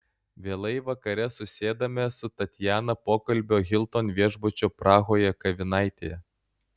vėlai vakare susėdame su tatjana pokalbio hilton viešbučio prahoje kavinaitėje